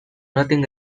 nothing